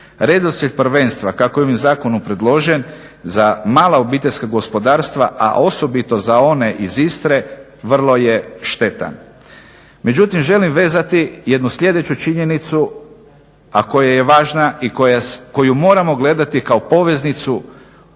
Redoslijed prvenstva kako je ovim zakonom predložen za mala obiteljska gospodarstva, a osobito za one iz Istre vrlo je štetan. Međutim, želim vezati jednu sljedeću činjenicu, a koja je važna i koju moramo gledati kao poveznicu